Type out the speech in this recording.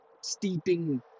steeping